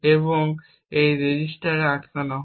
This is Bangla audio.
এবং এই রেজিস্টারে আটকানো হয়